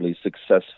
successful